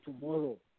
tomorrow